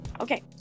Okay